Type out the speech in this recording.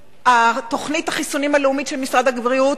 תוכנית החיסונים הלאומית של משרד הבריאות